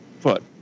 foot